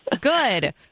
Good